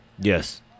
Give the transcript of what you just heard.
Yes